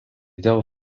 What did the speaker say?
dėl